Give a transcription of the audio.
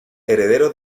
heredero